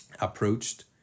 approached